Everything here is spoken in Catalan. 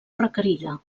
requerida